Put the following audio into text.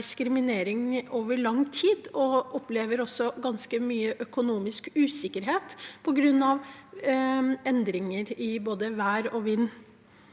diskriminering over lang tid, og som også opplever ganske mye økonomisk usikkerhet på grunn av endringer i både vær og vind?